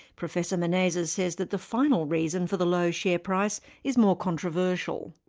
professor menezes says that the final reason for the low share price is more controversial.